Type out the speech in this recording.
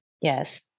Yes